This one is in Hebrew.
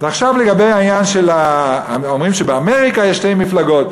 ועכשיו לגבי העניין שאומרים שבאמריקה יש שתי מפלגות.